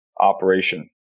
operation